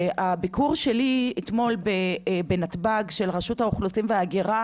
שהביקור שלי את רשות האוכלוסין וההגירה בנתב"ג,